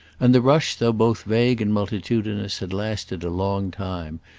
and the rush though both vague and multitudinous, had lasted a long time,